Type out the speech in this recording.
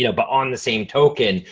you know but on the same token,